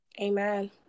Amen